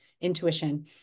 intuition